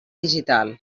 digital